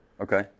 Okay